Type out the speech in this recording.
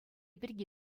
пирки